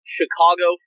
Chicago